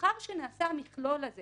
לאחר שנעשה המכלול הזה